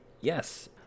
yes